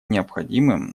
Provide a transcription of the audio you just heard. необходимым